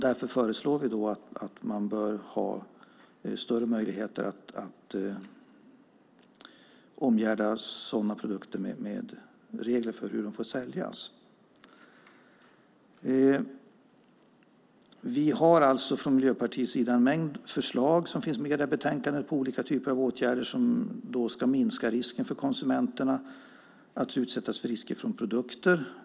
Därför föreslår vi större möjligheter att omgärda sådana produkter med regler för hur de får säljas. Vi har från Miljöpartiets sida en mängd förslag som finns med i betänkandet på olika typer av åtgärder som ska minska risken för konsumenterna att utsättas för osäkra produkter.